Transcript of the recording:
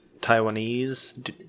Taiwanese